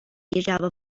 جواب